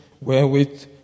wherewith